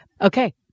Okay